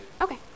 Okay